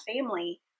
family